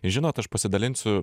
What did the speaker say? žinot aš pasidalinsiu